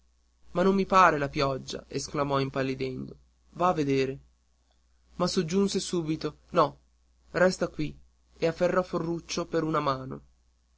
ma non mi pare la pioggia esclamò impallidendo va a vedere ma soggiunse subito no resta qui e afferrò ferruccio per la mano